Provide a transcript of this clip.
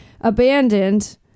abandoned